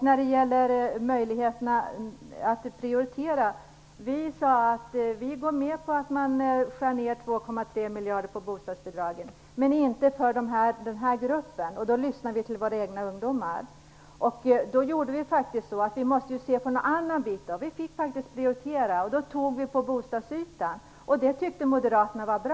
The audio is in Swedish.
När det gäller möjligheterna att prioritera har vi sagt att vi går med på en nedskärning med 2,3 miljarder kronor på bostadsbidragen, men inte för nämnda grupp. Vi lyssnar då till våra egna ungdomar. Vi måste se på en annan bit och faktiskt prioritera. Vi valde då bostadsytan. Det tyckte Moderaterna var bra.